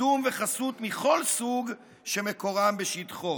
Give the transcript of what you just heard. קידום וחסות מכל סוג שמקורם בשטחו.